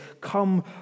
come